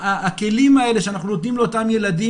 הכלים האלה שאנחנו נותנים לאותם ילדים,